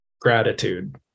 gratitude